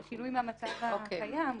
השינוי מהמצב הקיים לא...